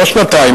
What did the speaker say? לא שנתיים,